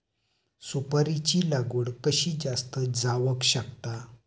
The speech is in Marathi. सुपारीची लागवड कशी जास्त जावक शकता?